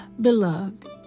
Beloved